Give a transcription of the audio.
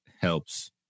helps